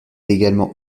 également